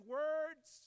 words